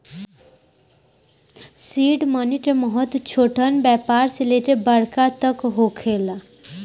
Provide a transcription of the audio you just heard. seed money के महत्व छोटहन व्यापार से लेके बड़का तक होखेला